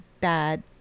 bad